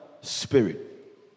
Spirit